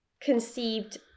conceived